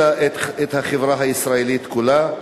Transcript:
אלא את החברה הישראלית כולה.